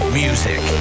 music